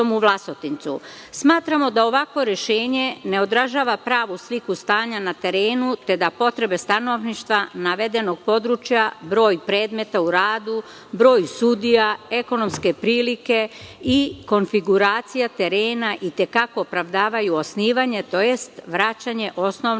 da ovakvo rešenje ne odražava pravu slika stanja na terenu, te da potrebe stanovništva navedenog područja, broj predmeta u radu, broj sudija, ekonomske prilike i konfiguracija terena i te kako opravdavaju osnivanje tj. vraćanje Osnovnog